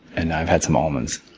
and i've had some almonds.